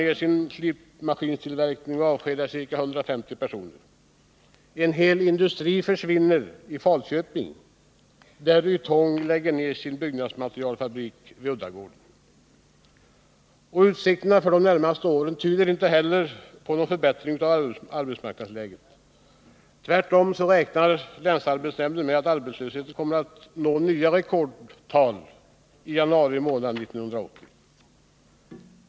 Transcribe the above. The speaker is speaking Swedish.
Utsikterna för den närmaste framtiden tyder inte heller på någon förbättring av arbetsmarknadsläget. Tvärtom räknar länsarbetsnämnden med att arbetslösheten kommer att nå nya rekordtal under januari månad 1980.